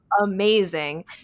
amazing